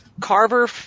Carver